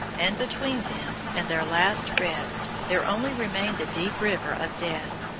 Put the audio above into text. and between them and their last rest there only remained the deep river of death,